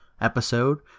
episode